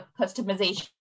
customization